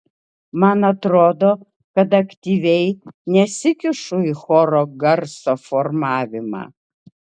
man atrodo kad aktyviai nesikišu į choro garso formavimą